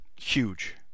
Huge